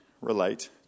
relate